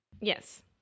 Yes